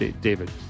David